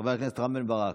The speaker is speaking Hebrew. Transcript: חבר הכנסת רם בן ברק,